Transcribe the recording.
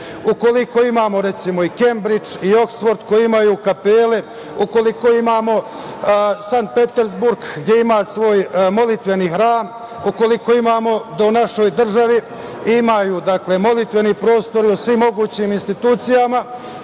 svetu. Ukoliko imamo, recimo, Kembridž i Oksford, koji imaju kapele, ukoliko imamo Sankt Petersburg, gde ima svoj molitveni hram, ukoliko imamo da u našoj državi imaju molitveni prostor u svim mogućim institucijama,